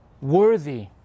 worthy